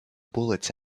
bullets